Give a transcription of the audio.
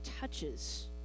touches